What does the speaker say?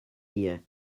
here